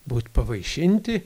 būt pavaišinti